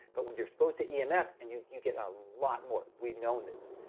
but when you're exposed to yeah emf and you you get a lot more, we've known this.